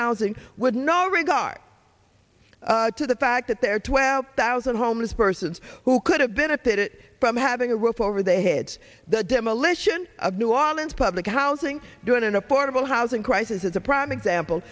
housing would not regard to the fact that there are twelve thousand homeless persons who could have benefited from having a roof over their heads the demolition of new orleans public housing during an affordable housing crisis is a prime example